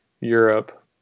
Europe